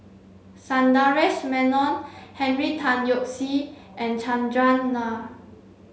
Sundaresh Menon Henry Tan Yoke See and Chandran Nair